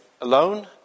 alone